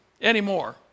anymore